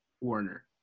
Warner